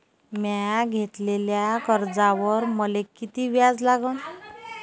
म्या घेतलेल्या कर्जावर मले किती व्याज लागन?